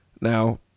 now